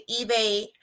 eBay